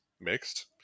mixed